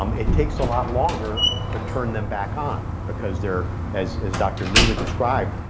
um it takes a lot longer to turn them back on because there, as as dr. newman described,